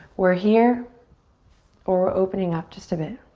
we're here or opening up just a bit.